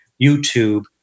YouTube